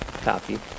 copy